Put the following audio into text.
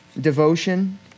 devotion